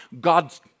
God's